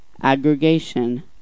aggregation